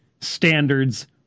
standards